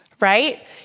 right